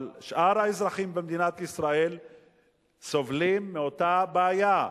אבל שאר האזרחים במדינת ישראל סובלים מאותה בעיה,